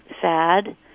sad